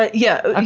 but yeah. and